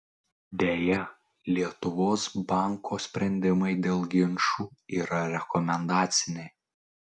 deja lietuvos banko sprendimai dėl ginčų yra rekomendaciniai